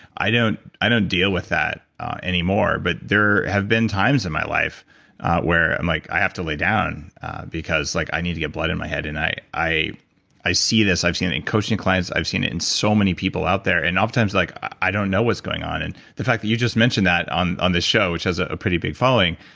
i don't deal deal with that anymore. but there have been times in my life where i'm like i have to lay down because like i need to get blood in my head. and i i see this, i've seen it in coaching clients, i've seen it in so many people out there. and oftentimes like i don't know what's going on and the fact that you just mentioned that on on this show which has a pretty big following,